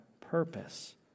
purpose